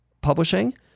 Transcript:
publishing